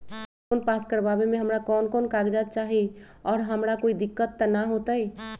Loan pass करवावे में हमरा कौन कौन कागजात चाही और हमरा कोई दिक्कत त ना होतई?